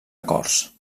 acords